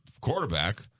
quarterback